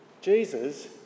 Jesus